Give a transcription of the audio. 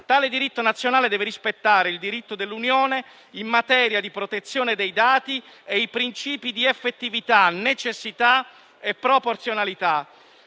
Tale diritto nazionale deve rispettare quello dell'Unione in materia di protezione dei dati e i principi di effettività, necessità e proporzionalità.